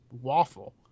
waffle